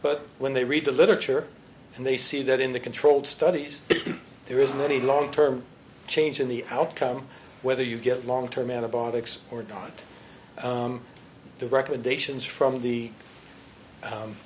but when they read the literature and they see that in the controlled studies there isn't any long term change in the outcome whether you get long term antibiotics or not the recommendations from the